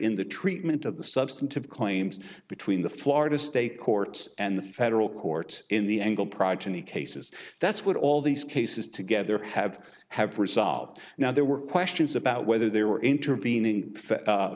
in the treatment of the substantive claims between the florida state courts and the federal courts in the engle progeny cases that's what all these cases together have have resolved now there were questions about whether they were intervening